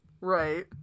Right